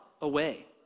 away